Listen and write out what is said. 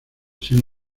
seno